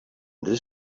this